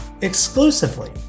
exclusively